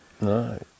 No